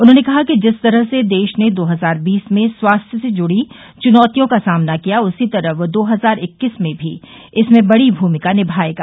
उन्होंने कहा कि जिस तरह से देश ने दो हजार बीस में स्वास्थ्य से जुड़ी चुनौतियों का सामना किया उसी तरह वह दो हजार इक्कीस में भी इसमें बड़ी भूमिका निमाएगा